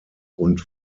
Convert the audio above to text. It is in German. und